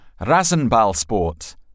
Rasenballsport